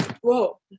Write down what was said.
whoa